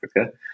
Africa